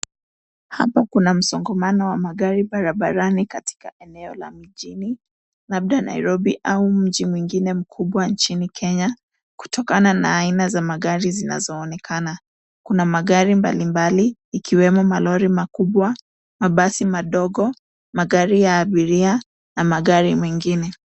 Hapa kuna msongomano wa magari barabarani katika eneo la mjini, labda Nairobi au mji mwingine mkubwa nchini Kenya, kutokana na aina za magari zinazoonekana. Kuna magari mbalimbali ikiwemo: malori makubwa, mabasi madogo, magari ya abiria na magari mengine.